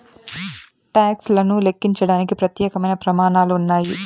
talks లను లెక్కించడానికి ప్రత్యేకమైన ప్రమాణాలు ఉన్నాయి